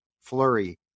Flurry